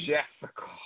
Jessica